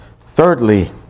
Thirdly